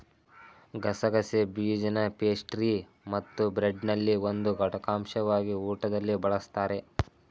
ಗಸಗಸೆ ಬೀಜನಪೇಸ್ಟ್ರಿಮತ್ತುಬ್ರೆಡ್ನಲ್ಲಿ ಒಂದು ಘಟಕಾಂಶವಾಗಿ ಊಟದಲ್ಲಿ ಬಳಸ್ತಾರೆ